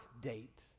date